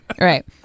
right